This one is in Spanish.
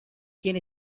quién